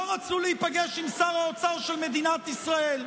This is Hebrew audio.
לא רצו להיפגש עם שר האוצר של מדינת ישראל.